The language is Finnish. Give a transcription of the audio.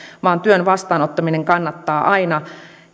vaan työn vastaanottaminen kannattaa aina